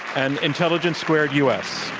and intelligence squared u. s.